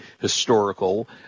historical